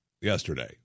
yesterday